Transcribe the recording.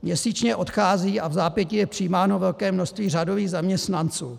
Měsíčně odchází a vzápětí je přijímáno velké množství řadových zaměstnanců.